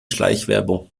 schleichwerbung